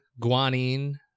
guanine